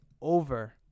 over